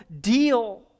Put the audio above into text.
deal